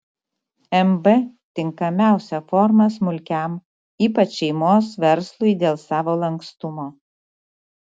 mb tinkamiausia forma smulkiam ypač šeimos verslui dėl savo lankstumo